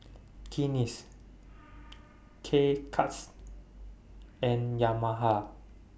Guinness K Cuts and Yamaha